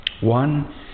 One